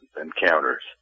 encounters